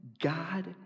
God